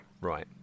Right